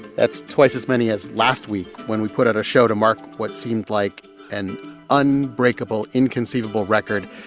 that's twice as many as last week, when we put out a show to mark what seemed like an unbreakable, inconceivable record.